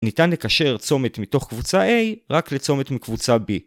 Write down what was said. ‫ניתן לקשר צומת מתוך קבוצה A ‫רק לצומת מקבוצה B.